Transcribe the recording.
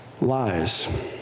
lies